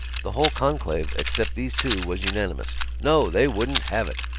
the whole conclave except these two was unanimous. no! they wouldn't have it!